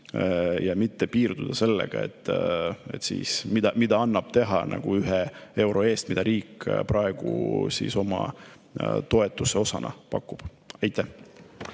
tohiks piirduda sellega, mida annab teha ühe euro eest, mida riik praegu oma toetuseosana pakub. Aitäh!